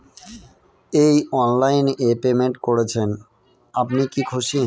এই অনলাইন এ পেমেন্ট করছেন আপনি কি খুশি?